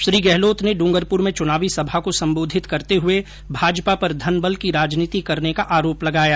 श्री गहलोत ने ड्रेंगरपुर में चुनावी सभा को सम्बोधित करते हुए भाजपा पर धनबल की राजनीति करने का आरोप लगाया